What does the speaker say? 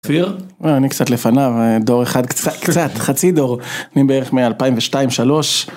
אני קצת לפניו דור אחד קצת קצת חצי דור, אני בערך מאלפיים ושתיים שלוש.